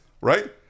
right